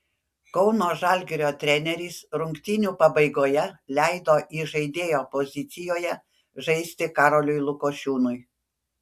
kauno žalgirio treneris rungtynių pabaigoje leido įžaidėjo pozicijoje žaisti karoliui lukošiūnui